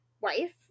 wife